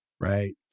Right